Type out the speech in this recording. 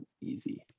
easy